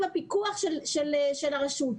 ועם הפיקוח של הרשות.